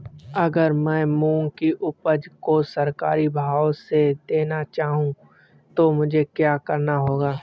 अगर मैं मूंग की उपज को सरकारी भाव से देना चाहूँ तो मुझे क्या करना होगा?